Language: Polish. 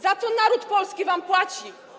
Za co naród polski wam płaci?